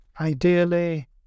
ideally